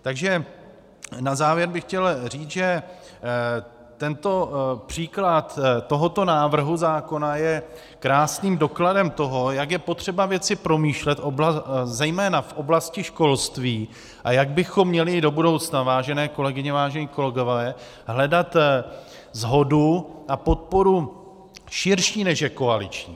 Takže na závěr bych chtěl říct, že tento příklad návrhu zákona je krásným dokladem toho, jak je potřeba věci promýšlet zejména v oblasti školství a jak bychom měli i do budoucna, vážené kolegyně, vážení kolegové, hledat shodu a podporu širší, než je koaliční.